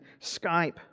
Skype